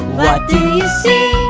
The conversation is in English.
what do you see?